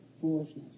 foolishness